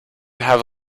have